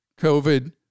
COVID